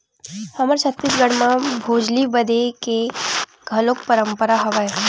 हमर छत्तीसगढ़ म भोजली बदे के घलोक परंपरा हवय